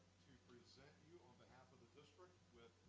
present you on behalf of the district with